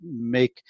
make